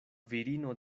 virino